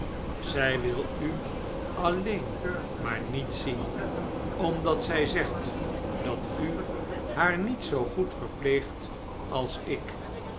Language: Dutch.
zij wil u alleen maar niet zien omdat zij zegt dat u haar niet zoo goed verpleegt als ik